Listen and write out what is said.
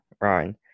Ryan